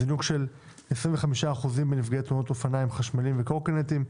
זינוק של 25% בנפגעי תאונות אופניים חשמליים וקורקינטים,